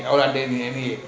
under N_U_A